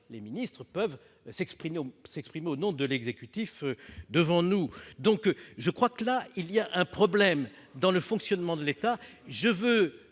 les ministres peuvent s'exprimer au nom de l'exécutif devant nous ! Il y a là, je crois, un problème dans le fonctionnement de l'État.